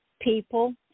People